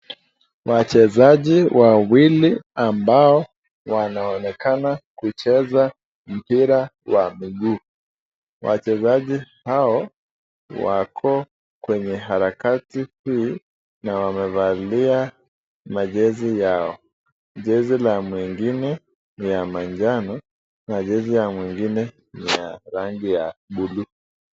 Wachezaji wawili ambao wanaonekana kucheza mpira wa miguu. Wachezaji hao wako kwenye harakati hii na wamevalia majezi yao. Jezi la mwingine ni ya manjano na jezi ya mwingine ni ya rangi ya blue .